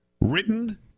written